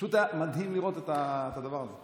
פשוט היה מדהים לראות את הדבר הזה.